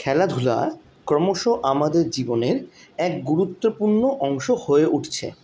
খেলাধুলা ক্রমশ আমাদের জীবনের এক গুরুত্বপূর্ণ অংশ হয়ে উঠছে